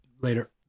Later